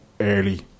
early